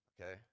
Okay